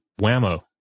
whammo